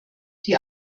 die